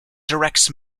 directs